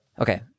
okay